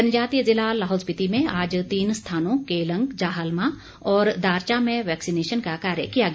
जनजातीय जिला लाहौल स्पिति में आज तीन स्थानों केलंग जाहलमा और दार्चा में वैक्सीनेशन का कार्य किया गया